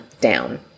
down